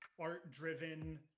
art-driven